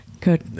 Good